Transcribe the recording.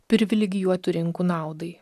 privilegijuotų rinkų naudai